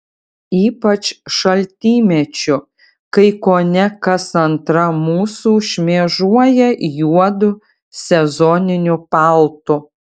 ypač šaltymečiu kai kone kas antra mūsų šmėžuoja juodu sezoniniu paltu